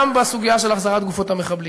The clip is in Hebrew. גם בסוגיה של החזרת גופות המחבלים,